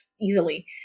easily